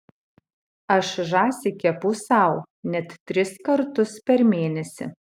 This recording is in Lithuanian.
aš žąsį kepu sau net tris kartus per mėnesį